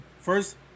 first